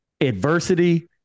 adversity